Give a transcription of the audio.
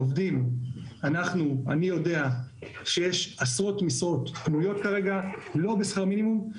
אני יודע שיש עשרות משרות פנויות כרגע לא בשכר מינימום.